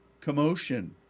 commotion